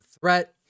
threat